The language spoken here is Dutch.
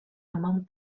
roman